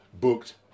booked